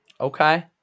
Okay